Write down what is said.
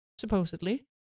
Supposedly